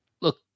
Look